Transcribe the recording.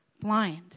blind